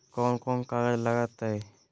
कौन कौन कागज लग तय?